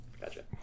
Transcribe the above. Gotcha